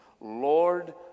Lord